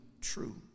true